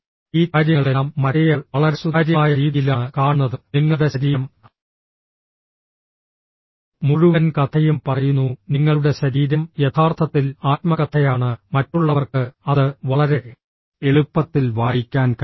ഈ കാര്യങ്ങളെല്ലാം മറ്റേയാൾ വളരെ സുതാര്യമായ രീതിയിലാണ് കാണുന്നത് നിങ്ങളുടെ ശരീരം മുഴുവൻ കഥയും പറയുന്നു നിങ്ങളുടെ ശരീരം യഥാർത്ഥത്തിൽ ആത്മകഥയാണ് മറ്റുള്ളവർക്ക് അത് വളരെ എളുപ്പത്തിൽ വായിക്കാൻ കഴിയും